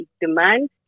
demand